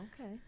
Okay